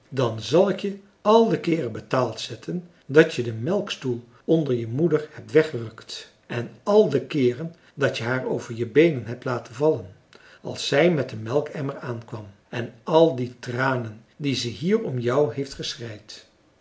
dan zal ik je al de keeren betaald zetten dat je den melkstoel onder je moeder hebt weggerukt en al de keeren dat je haar over je beenen hebt laten vallen als zij met den melkemmer aankwam en al die tranen die ze hier om jou heeft